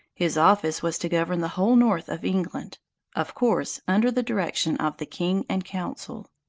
his office was to govern the whole north of england of course, under the direction of the king and council.